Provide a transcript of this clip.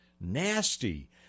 nasty